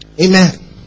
Amen